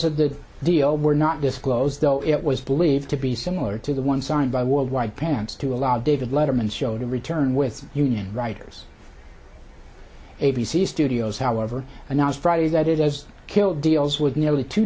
of the deal were not disclosed though it was believed to be similar to the one signed by worldwide pants to allow david letterman's show to return with union writers a b c studios however announced friday that it has killed deals with nearly two